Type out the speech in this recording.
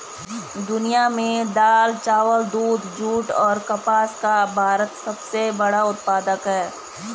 दुनिया में दाल, चावल, दूध, जूट और कपास का भारत सबसे बड़ा उत्पादक है